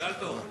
מזל טוב.